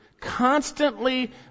constantly